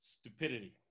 Stupidity